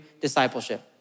discipleship